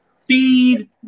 Feed